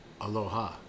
Aloha